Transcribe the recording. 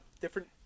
Different